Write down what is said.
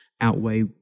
outweigh